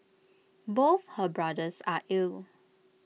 both her brothers are ill